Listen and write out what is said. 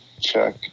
check